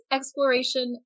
Exploration